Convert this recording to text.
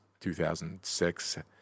2006